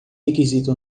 requisito